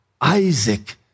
Isaac